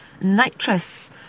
nitrous